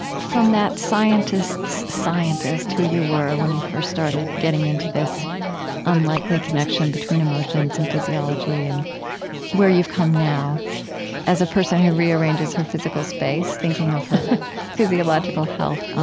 from that scientist's scientist who you were when you first started getting into this unlikely connection between emotions and physiology and where you've come now as a person who rearranges her physical space thinking of her physiological health,